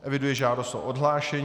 Eviduji žádost o odhlášení.